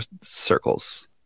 circles